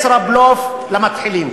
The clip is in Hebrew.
ישראבלוף למתחילים.